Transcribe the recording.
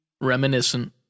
reminiscent